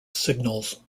signals